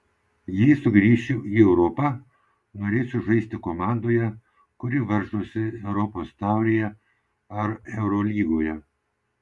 jei sugrįšiu į europą norėsiu žaisti komandoje kuri varžosi europos taurėje ar eurolygoje